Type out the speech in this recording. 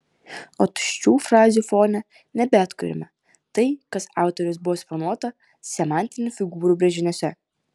o tuščių frazių fone nebeatkuriama tai kas autoriaus buvo suplanuota semantinių figūrų brėžiniuose